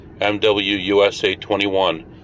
MWUSA21